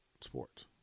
sports